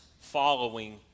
following